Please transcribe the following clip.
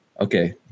Okay